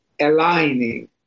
aligning